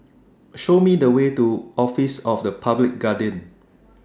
Show Me The Way to Office of The Public Guardian